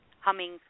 humming